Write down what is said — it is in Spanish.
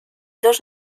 dos